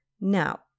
Now